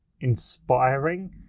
inspiring